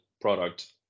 product